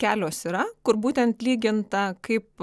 kelios yra kur būtent lyginta kaip